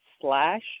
slash